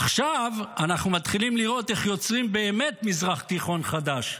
עכשיו אנחנו מתחילים לראות איך יוצרים באמת מזרח תיכון חדש,